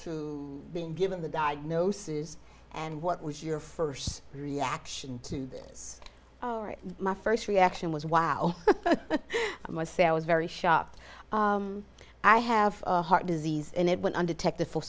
to being given the diagnosis and what was your first reaction to this is my first reaction was wow i must say i was very shocked i have heart disease and it went undetected for